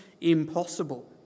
impossible